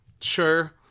Sure